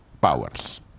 powers